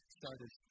started